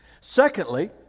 Secondly